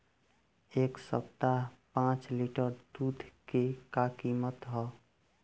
एह सप्ताह पाँच लीटर दुध के का किमत ह?